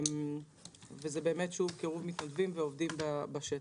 זה קירוב מתנדבים ועובדים בשטח.